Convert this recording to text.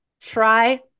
Try